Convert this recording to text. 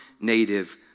native